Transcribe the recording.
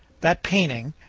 that painting,